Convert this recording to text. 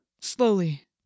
slowly